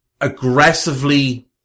aggressively